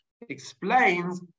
explains